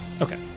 Okay